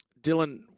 Dylan